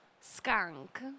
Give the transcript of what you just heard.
Skunk